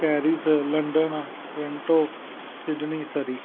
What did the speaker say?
Paris London Toronto Sydney Surrey